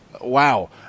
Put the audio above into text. Wow